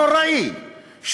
נוראי,